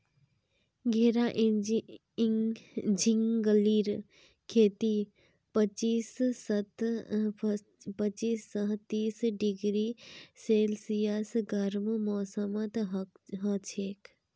घेरा झिंगलीर खेती पच्चीस स तीस डिग्री सेल्सियस गर्म मौसमत हछेक